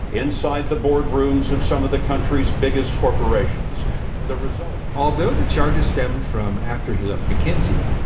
inside the board rooms of some of the country's biggest corporations the result, although the charges stemmed from after he left mckinsey,